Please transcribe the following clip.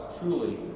truly